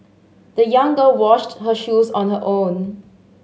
the young girl washed her shoes on her own